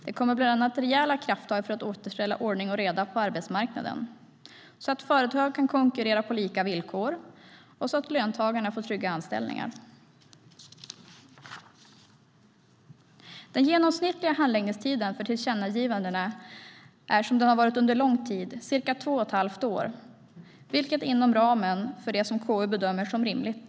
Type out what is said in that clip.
Det kommer bland annat att krävas rejäla krafttag för att återställa ordning och reda på arbetsmarknaden, så att företag kan konkurrera på lika villkor och så att löntagarna får trygga anställningar. Den genomsnittliga handläggningstiden för tillkännagivandena är, som det har varit under lång tid, cirka två och ett halvt år, vilket är inom ramen för det som KU bedömer som rimligt.